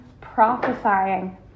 prophesying